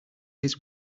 his